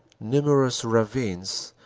numerous ravines,